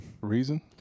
Reason